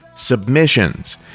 Submissions